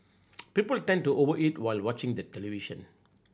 people tend to over eat while watching the television